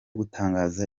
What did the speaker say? gutangaza